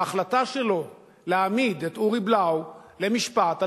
בהחלטה שלו להעמיד את אורי בלאו למשפט על